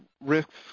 risks